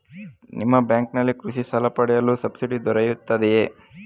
ನಿಮ್ಮ ಬ್ಯಾಂಕಿನಲ್ಲಿ ಕೃಷಿ ಸಾಲ ಪಡೆಯಲು ಸಬ್ಸಿಡಿ ದೊರೆಯುತ್ತದೆಯೇ?